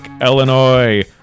illinois